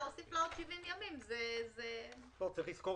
להוסיף לה עוד 70 ימים זה --- צריך לזכור